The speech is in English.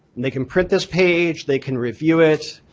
they can print this page, they can review it.